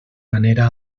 manera